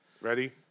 Ready